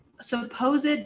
supposed